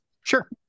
sure